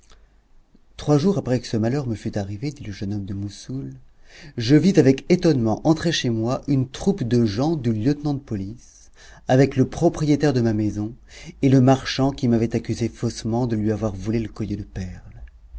trois jours après que ce malheur me fut arrivé dit le jeune homme de moussoul je vis avec étonnement entrer chez moi une troupe de gens du lieutenant de police avec le propriétaire de ma maison et le marchand qui m'avait accusé faussement de lui avoir volé le collier de perles